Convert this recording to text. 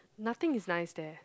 nothing is nice there